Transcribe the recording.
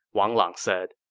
wang lang said.